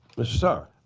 mr. saar.